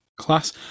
Class